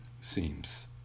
seems